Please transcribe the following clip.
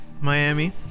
Miami